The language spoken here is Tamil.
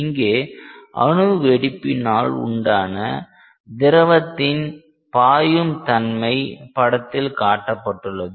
இங்கே அணு வெடிப்பினால் உண்டான திரவத்தின் பாயும் தன்மை படத்தில் காட்டப்பட்டுள்ளது